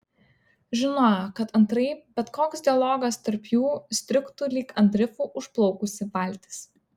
žinojo kad antraip bet koks dialogas tarp jų įstrigtų lyg ant rifų užplaukusi valtis